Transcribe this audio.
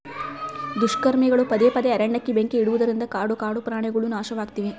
ದುಷ್ಕರ್ಮಿಗಳು ಪದೇ ಪದೇ ಅರಣ್ಯಕ್ಕೆ ಬೆಂಕಿ ಇಡುವುದರಿಂದ ಕಾಡು ಕಾಡುಪ್ರಾಣಿಗುಳು ನಾಶವಾಗ್ತಿವೆ